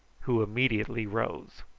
who immediately rose.